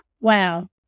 wow